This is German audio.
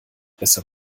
besser